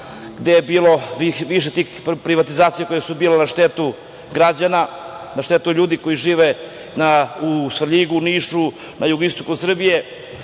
gde je bilo više tih privatizacija koje su bile na štetu građana, na štetu ljudi koji žive u Svrljigu, Nišu, na jugoistoku Srbije,